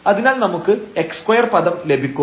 അതിനാൽ നമുക്ക് x2 പദം ലഭിക്കും